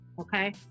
Okay